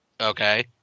Okay